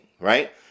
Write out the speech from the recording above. right